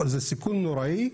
זה סיכון נוראי,